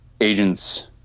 agents